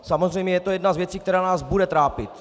Samozřejmě je to jedna z věcí, která nás bude trápit.